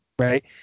Right